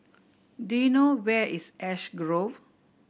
do you know where is Ash Grove